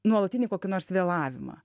nuolatinį kokį nors vėlavimą